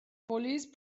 police